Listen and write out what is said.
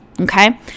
Okay